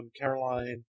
Caroline